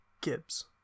Gibbs